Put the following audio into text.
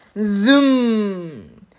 zoom